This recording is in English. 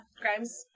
Grimes